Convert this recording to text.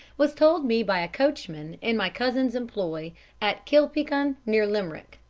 was told me by a coachman in my cousin's employ at kilpeacon, near limerick.